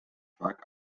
vaak